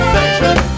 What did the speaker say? Section